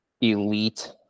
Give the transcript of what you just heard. elite